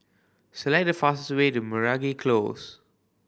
select the fastest way to Meragi Close